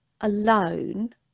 alone